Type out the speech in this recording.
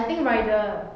I think rider